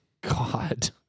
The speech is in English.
God